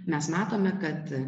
mes matome kad